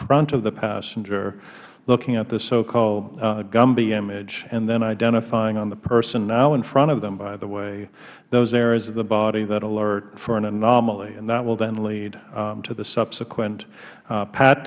front of the passenger looking at the so called gumby image and then identifying on the person now in front of them by the way those areas of the body that alert for an anomaly and that will then lead to the subsequent